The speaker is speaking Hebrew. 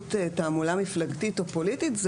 פעילות תעמולה מפלגתית או פוליטית זה